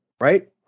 Right